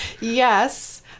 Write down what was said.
yes